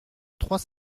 trois